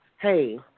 hey